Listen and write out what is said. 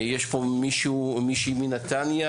יש פה מישהו או מישהי מנתניה,